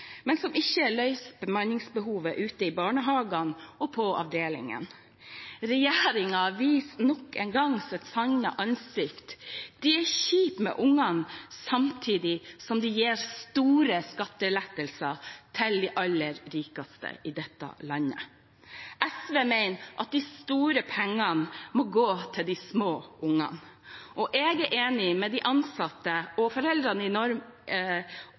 men som ikke løser bemanningsbehovet ute i barnehagene og på avdelingene. Regjeringen viser nok en gang sitt sanne ansikt – de er kjipe med barna, samtidig som de gir store skattelettelser til de aller rikeste i dette landet. SV mener at de store pengene må gå til de små barna, og jeg er enig med de ansatte og foreldrene i